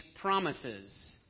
promises